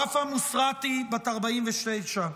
ואפפא מוסראתי, בת 49,